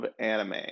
anime